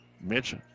Mitch